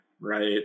right